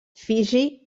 fiji